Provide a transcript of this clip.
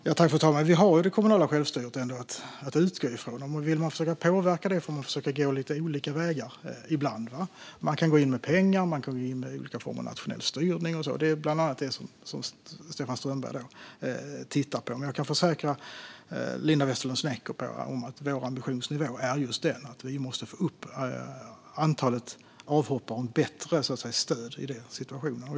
Fru talman! Vi har ändå det kommunala självstyret att utgå ifrån. Om man vill påverka det får man ibland försöka gå lite olika vägar. Man kan gå in med pengar, och man kan gå in med olika former av nationell styrning. Det är bland annat detta som Stefan Strömberg tittar på. Jag kan försäkra Linda Westerlund Snecker att vår ambitionsnivå är att få upp antalet avhoppare och ge dem bättre stöd i deras situation.